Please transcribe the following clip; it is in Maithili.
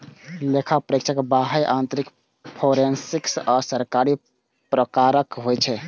लेखा परीक्षक बाह्य, आंतरिक, फोरेंसिक आ सरकारी प्रकारक होइ छै